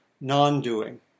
non-doing